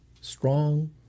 Strong